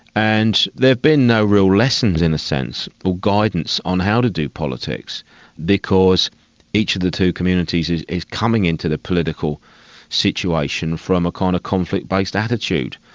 and there have been no real lessons, in a sense, or guidance on how to do politics because each of the two communities is is coming into the political situation from a kind of conflict based attitude.